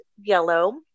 yellow